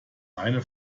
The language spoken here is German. reine